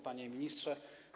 Panie Ministrze!